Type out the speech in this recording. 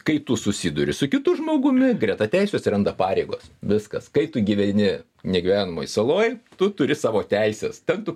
kai tu susiduri su kitu žmogumi greta teisių atsiranda pareigos viskas kai tu gyveni negyvenamoj saloj tu turi savo teises ten tu